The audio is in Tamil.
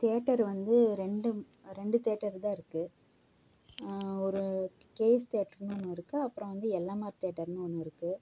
தியேட்டர் வந்து ரெண்டு ரெண்டு தியேட்டர் தான் இருக்கு ஒரு கேஜ் தியேட்டர்னு ஒன்று இருக்கு அப்பறம் வந்து எல் எம் ஆர் தியேட்டர்னு ஒன்று இருக்கு